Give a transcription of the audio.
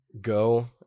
go